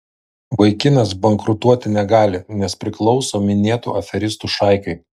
vaikinas bankrutuoti negali nes priklauso minėtų aferistų šaikai